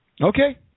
Okay